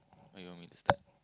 what you want me to start